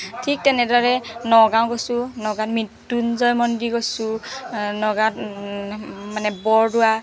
ঠিক তেনেদৰে নগাঁও গৈছো নগাঁৱত মৃত্যুঞ্জয় মন্দিৰ গৈছো নগাঁৱত মানে বৰদোৱা